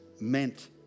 meant